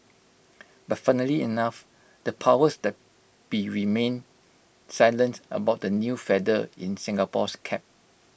but funnily enough the powers that be remained silent about the new feather in Singapore's cap